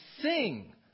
sing